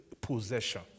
possession